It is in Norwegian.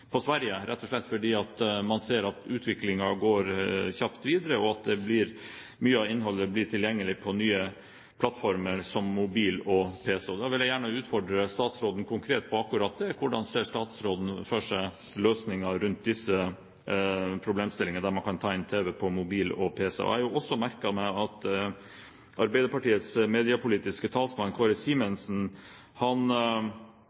på Sverige – rett og slett fordi utviklingen går kjapt videre, og at mye av innholdet blir tilgjengelig på nye plattformer som mobil og pc. Da vil jeg gjerne utfordre statsråden konkret på akkurat det: Hvordan ser statsråden for seg løsninger rundt disse problemstillingene, der man tar inn tv på mobil og pc? Jeg har jo også merket meg at Arbeiderpartiets mediepolitiske talsmann, Kåre